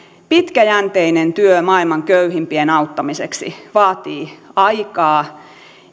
pitkäjänteinen työ maailman köyhimpien auttamiseksi vaatii aikaa